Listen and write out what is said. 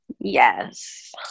Yes